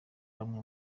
bamwe